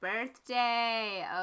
birthday